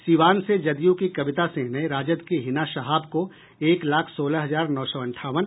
सीवान से जदयू की कविता सिंह ने राजद की हिना शहाब को एक लाख सोलह हजार नौ सौ अंठावन